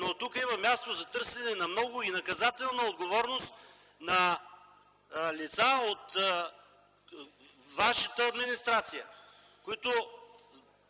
Но тук има място за търсене на наказателна отговорност на лица от вашата администрация, които